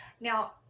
Now